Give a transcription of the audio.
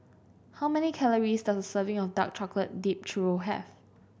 how many calories does a serving of Dark Chocolate Dipped Churro have